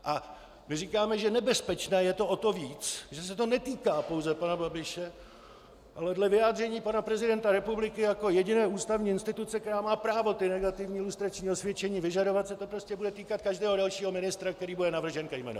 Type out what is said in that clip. A my říkáme, že nebezpečné je to o to víc, že se to netýká pouze pana Babiše, ale dle vyjádření pana prezidenta republiky jako jediné ústavní instituce, která má právo negativní lustrační osvědčení vyžadovat, se to prostě bude týkat každého dalšího ministra, který bude navržen ke jmenování.